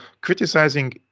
criticizing